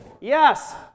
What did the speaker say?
Yes